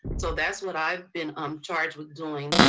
so that's what i've been um charged with doing.